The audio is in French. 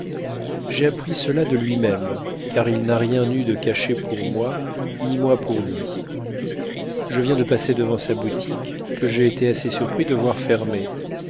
j'ai appris cela de lui-même car il n'a rien eu de caché pour moi ni moi pour lui je viens de passer devant sa boutique que j'ai été assez surpris de voir fermée